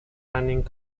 running